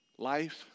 Life